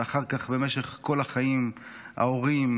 ואחר כך במשך כל החיים להורים,